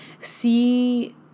see